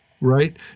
right